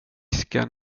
ska